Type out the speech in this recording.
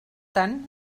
tant